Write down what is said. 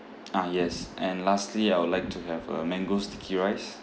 ah yes and lastly I would like to have a mango sticky rice